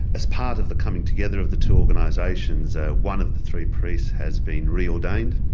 as part of the coming together of the two organisations ah one of the three priests has been re-ordained.